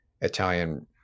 Italian